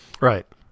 Right